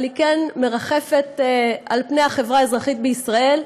אבל היא כן מרחפת על פני החברה האזרחית בישראל,